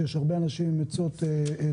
יש הרבה אנשים עם עצות טובות.